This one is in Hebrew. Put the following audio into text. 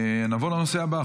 נעבור לנושא הבא,